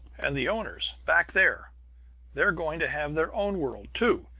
and the owners back there they're going to have their own world, too,